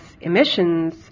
emissions